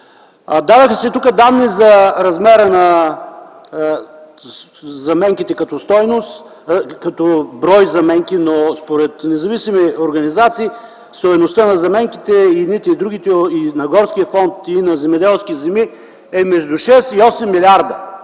дадоха данни за размера на заменките като стойност, като брой заменки, но според независими организации стойността на заменките – и на горския фонд, и на земеделски земи, е между 6 и 8 млрд.